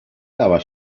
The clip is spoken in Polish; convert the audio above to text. dała